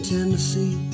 Tennessee